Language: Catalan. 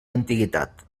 antiguitat